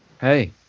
hey